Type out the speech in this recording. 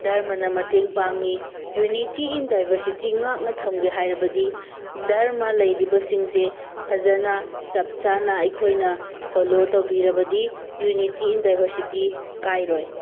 ꯙꯔꯃꯅ ꯃꯇꯦꯡ ꯄꯥꯡꯏ ꯌꯨꯅꯤꯇꯤ ꯏꯟ ꯗꯥꯏꯚꯁꯤꯇꯤ ꯉꯥꯛꯅ ꯊꯝꯒꯦ ꯍꯥꯏꯔꯕꯗꯤ ꯙꯔꯃ ꯂꯩꯔꯤꯕꯁꯤꯡꯁꯤ ꯐꯖꯅ ꯆꯞ ꯆꯥꯅ ꯑꯩꯈꯣꯏꯅꯥ ꯐꯣꯂꯣ ꯇꯧꯕꯤꯔꯕꯗꯤ ꯌꯨꯅꯤꯇꯤ ꯏꯟ ꯗꯥꯏꯚꯁꯤꯇꯤ ꯀꯥꯏꯔꯣꯏ